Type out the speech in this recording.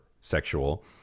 sexual